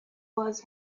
was